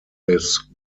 this